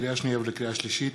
לקריאה שנייה ולקריאה שלישית: